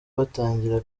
batangira